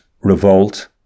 Revolt